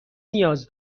نیاز